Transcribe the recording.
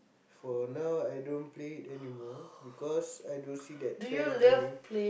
for now I don't play it anymore because I don't see that trend coming